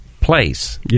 place